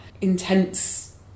intense